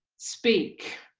speak.